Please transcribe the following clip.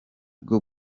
bwo